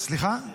לפני שהגעת לשם.